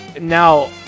Now